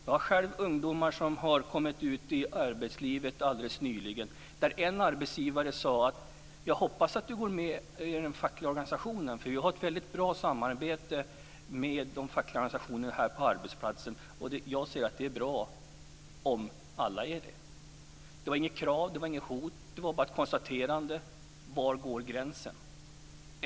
Jag har själv ungdomar som har kommit ut i arbetslivet alldeles nyligen och en arbetsgivare sade: Jag hoppas att du går med i den fackliga organisationen, för vi har ett väldigt bra samarbete med de fackliga organisationerna här på arbetsplatsen. Jag anser att det är bra om alla är med. Det var inget krav, det var inget hot. Det var bara ett konstaterande. Var går gränsen?